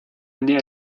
année